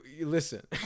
Listen